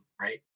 Right